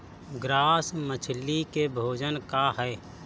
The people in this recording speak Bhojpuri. ग्रास मछली के भोजन का ह?